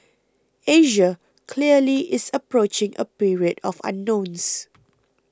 Asia clearly is approaching a period of unknowns